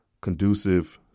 conducive